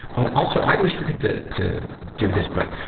oh, also, i always forget to, to do this, but,